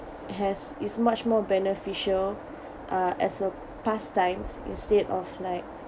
has is much more beneficial uh as a pastimes instead of like